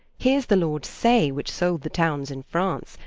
heeres the lord say, which sold the townes in france.